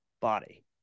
body